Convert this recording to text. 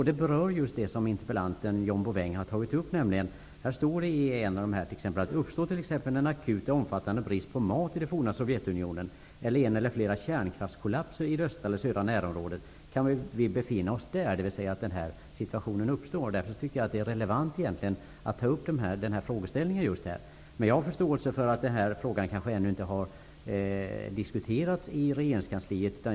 Det berör vad interpellanten John Bouvin har tagit upp. Det sägs att om det t.ex. uppstår en akut och omfattande brist på mat i det forna Sovjetunionen eller en eller flera kärnkraftskollapser i det östra eller södra närområdet kan vi befinna oss där, dvs. att den här situationen uppstår. Jag tycker därför att det är relevant att ta upp den här frågeställningen just här. Men jag har förståelse för att frågan kanske ännu inte har diskuterats i regeringskansliet.